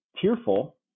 tearful